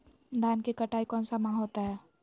धान की कटाई कौन सा माह होता है?